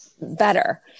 better